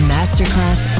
Masterclass